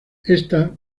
esta